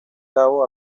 cabo